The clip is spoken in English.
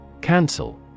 Cancel